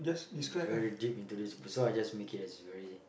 very deep into this so I'll just make it as very